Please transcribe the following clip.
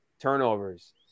turnovers